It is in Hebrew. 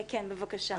כן, בבקשה.